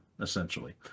essentially